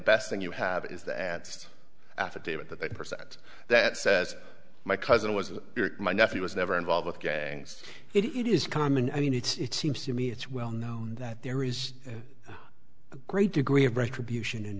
best thing you have is the ads affidavit that they present that says my cousin was my nephew was never involved with gangs it is common i mean it's seems to me it's well know that there is a great degree of retribution